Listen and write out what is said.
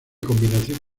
combinación